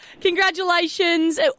congratulations